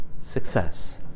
success